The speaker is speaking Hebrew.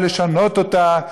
ולשנות אותה,